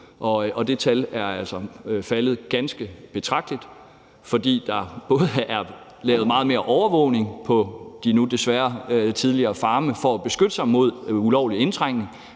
og det tal er altså faldet ganske betragteligt, fordi der både er lavet meget mere overvågning på de nu desværre tidligere farme for at beskytte sig mod ulovlig indtrængen,